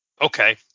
Okay